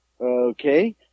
okay